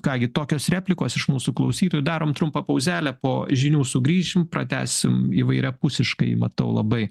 ką gi tokios replikos iš mūsų klausytojų darom trumpą pauzelę po žinių sugrįšim pratęsim įvairiapusiškai matau labai